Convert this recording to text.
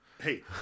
Hey